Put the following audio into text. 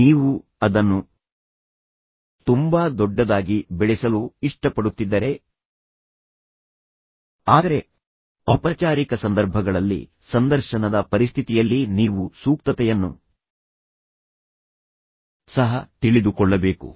ನೀವು ಅದನ್ನು ತುಂಬಾ ದೊಡ್ಡದಾಗಿ ಬೆಳೆಸಲು ಇಷ್ಟಪಡುತ್ತಿದ್ದರೆ ಆದರೆ ಔಪಚಾರಿಕ ಸಂದರ್ಭಗಳಲ್ಲಿ ಸಂದರ್ಶನದ ಪರಿಸ್ಥಿತಿಯಲ್ಲಿ ನೀವು ಸೂಕ್ತತೆಯನ್ನು ಸಹ ತಿಳಿದುಕೊಳ್ಳಬೇಕು